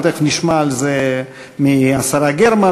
אבל תכף נשמע על זה מהשרה גרמן.